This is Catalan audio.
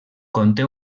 conté